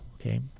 okay